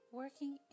working